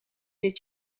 dit